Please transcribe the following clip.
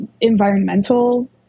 environmental